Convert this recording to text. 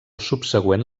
subsegüent